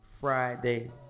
Friday